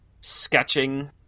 sketching